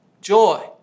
joy